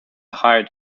hired